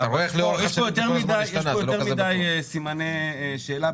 יש פה יותר מדי סימני שאלה,